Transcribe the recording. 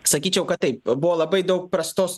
sakyčiau kad taip buvo labai daug prastos